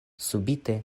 subite